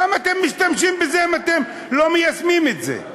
למה אתם משתמשים בזה אם אתם לא מיישמים את זה?